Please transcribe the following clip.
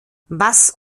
was